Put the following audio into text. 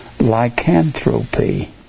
Lycanthropy